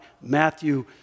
Matthew